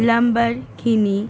Lamborghini